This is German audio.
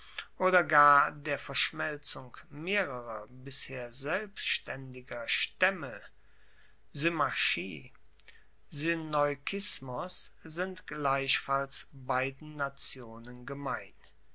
oder gar der verschmelzung mehrerer bisher selbstaendiger staemme symmachie synoikismos sind gleichfalls beiden nationen gemein